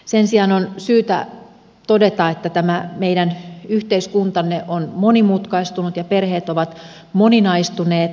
sen sijaan on syytä todeta että tämä meidän yhteiskuntamme on monimutkaistunut ja perheet ovat moninaistuneet